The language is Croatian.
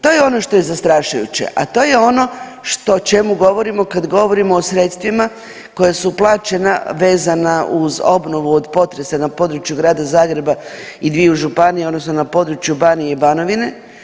To je ono što je zastrašujuće, a to je ono što, o čemu govorimo kad govorimo o sredstvima koja su uplaćena vezana uz obnovu na području Grada Zagreba i dviju županija odnosno na području Banije i Banovine.